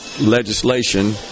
legislation